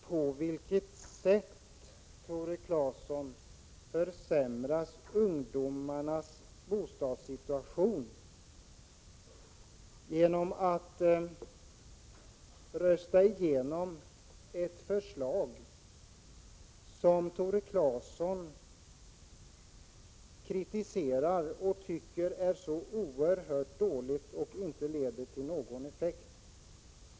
Herr talman! På vilket sätt, Tore Claeson, försämras ungdomarnas bostadssituation, om riksdagen går emot ett förslag som Tore Claeson kritiserar, ett förslag som enligt Tore Claeson är oerhört dåligt och inte leder till någon effekt?